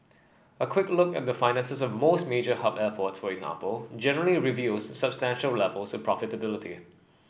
a quick look at the finances of most major hub airports for example generally reveals substantial levels of profitability